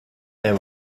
there